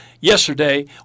yesterday